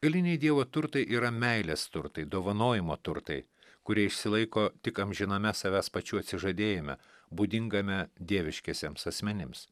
eiliniai dievo turtai yra meilės turtai dovanojimo turtai kurie išsilaiko tik amžiname savęs pačių atsižadėjime būdingame dieviškiesiems asmenims